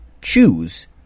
choose